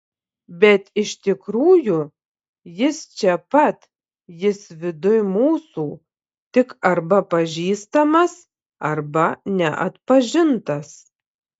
bet iš tikrųjų jis čia pat jis viduj mūsų tik arba pažįstamas arba neatpažintas